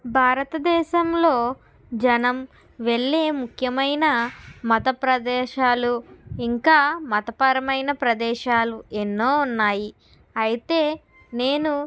భారతదేశంలో జనం వెళ్ళే ముఖ్యమైన మత ప్రదేశాలు ఇంకా మతపరమైన ప్రదేశాలు ఎన్నో ఉన్నాయి అయితే నేను